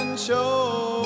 show